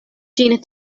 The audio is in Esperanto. ĝin